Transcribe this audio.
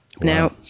Now